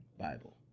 Bible